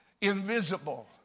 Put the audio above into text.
invisible